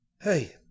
Hey